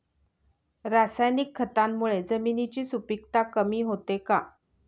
रासायनिक खतांमुळे जमिनीची सुपिकता कमी होते का?